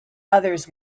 others